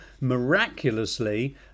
miraculously